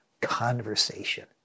conversation